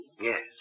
Yes